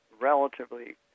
relatively